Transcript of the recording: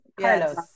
Carlos